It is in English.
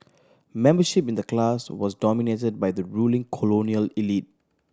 membership in the clubs was dominated by the ruling colonial elite